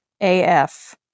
AF